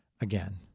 again